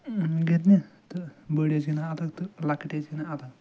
گِنٛدنہِ تہٕ بٔڑۍ ٲسۍ گِنٛدان الگ تہٕ لَکٕٹ ٲسۍ گِنٛدان الگ